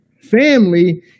Family